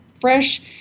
fresh